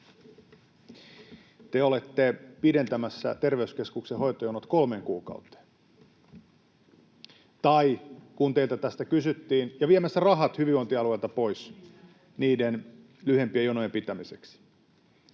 te olette pidentämässä terveyskeskuksen hoitojonot kolmeen kuukauteen ja viemässä rahat hyvinvointialueilta pois niiden lyhyempien jonojen pitämiseksi.